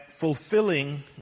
Fulfilling